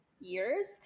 years